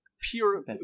pure